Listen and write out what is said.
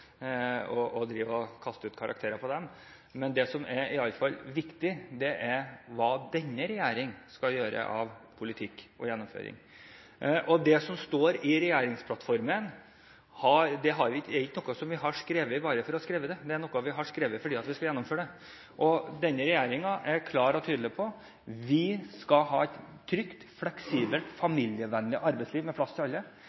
og dele ut karakterer til dem. Men det som er viktig, er hva denne regjering skal gjøre av politikk – og gjennomføring. Det som står i regjeringsplattformen, er ikke noe vi har skrevet bare for å skrive det. Det er noe vi har skrevet fordi vi skal gjennomføre det. Denne regjeringen er klar og tydelig på at vi skal ha et trygt, fleksibelt og familievennlig arbeidsliv med plass til alle.